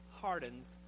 hardens